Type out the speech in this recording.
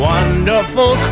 Wonderful